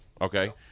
okay